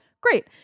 great